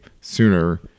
sooner